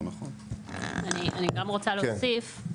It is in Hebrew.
אני גם רוצה להוסיף,